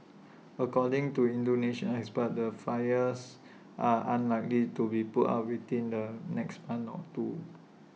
according to Indonesian experts the fires are unlikely to be put out within the next month or two